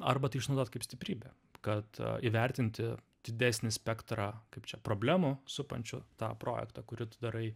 arba tai išnaudot kaip stiprybę kad įvertinti didesnį spektrą kaip čia problemų supančių tą projektą kurį tu darai